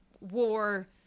war